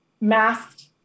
masked